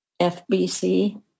FBC